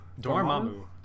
Dormammu